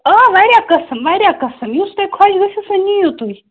آ واریاہ قسٕم واریاہ قسٕم یُس تۄہہِ خوش گژھیو سُہ نِیو تُہۍ